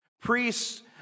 Priests